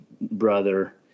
brother